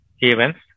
events